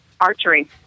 Archery